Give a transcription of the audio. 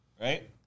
right